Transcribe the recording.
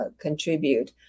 contribute